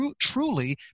truly